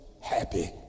happy